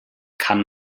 kann